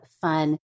fun